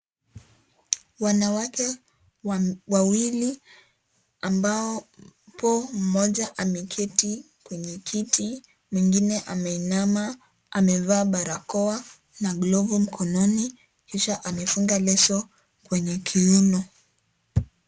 Wanawake wawili ambapo mmoja ameketi kenye kiti, mwingine ameinama amevaa barakoa na glovu mkononi, kisha amefunga leso kwenye kiuno.